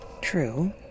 true